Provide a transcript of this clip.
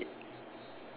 okay